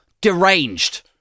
deranged